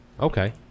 Okay